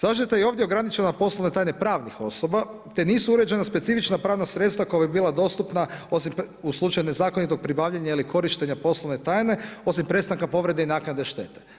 Zaštita je ovdje ograničena poslovne tajne pravnih osoba te nisu uređena specifična pravna sredstva koja bi bila dostupna osim u slučaju nezakonitog pribavljanja ili korištenja poslovne tajne osim prestanka povrede i naknade štete.